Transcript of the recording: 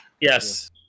Yes